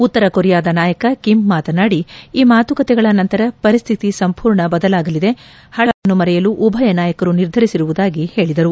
ಉತ್ತರ ಕೊರಿಯಾದ ನಾಯಕ ಕಿಮ್ ಮಾತನಾಡಿ ಈ ಮಾತುಕತೆಗಳ ನಂತರ ಪರಿಸ್ಥಿತಿ ಸಂಪೂರ್ಣ ಬದಲಾಗಲಿದೆ ಹಳೆಯ ವಿಚಾರಗಳನ್ನು ಮರೆಯಲು ಉಭಯ ನಾಯಕರು ನಿರ್ಧರಿಸಿರುವುದಾಗಿ ತಿಳಿಸಿದರು